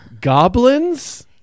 Goblins